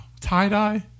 Tie-dye